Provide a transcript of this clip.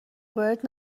وارد